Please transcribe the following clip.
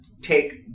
take